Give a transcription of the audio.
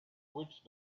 witch